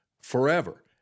forever